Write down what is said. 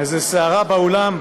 איזו סערה באולם,